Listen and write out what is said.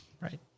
Right